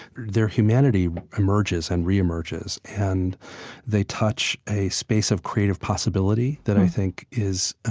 their humanity emerges and re-emerges. and they touch a space of creative possibility that i think is